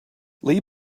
lee